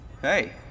Hey